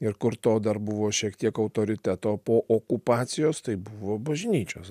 ir kur to dar buvo šiek tiek autoriteto po okupacijos tai buvo bažnyčios